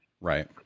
Right